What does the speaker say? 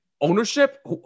ownership